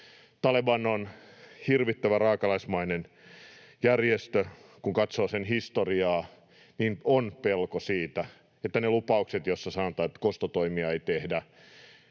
Taleban on hirvittävä, raakalaismainen järjestö. Kun katsoo sen historiaa, niin on pelko siitä, että ne lupaukset, joissa sanotaan, että kostotoimia ei tehdä,